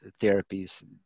therapies